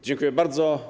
Dziękuję bardzo.